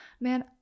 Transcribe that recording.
man